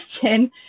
question